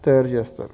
తయారు చేస్తారు